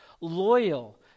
loyal